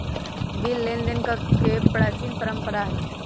bill लेनदेन कके प्राचीन परंपरा हइ